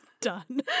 Done